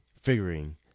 figuring